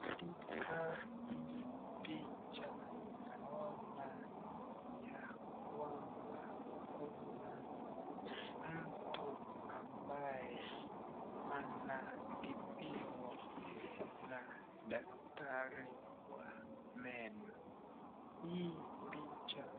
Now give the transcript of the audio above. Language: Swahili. Katika hii picha naona ya kwamba kuna mtu ambaye anatibiwa na daktari wa meno. Hii picha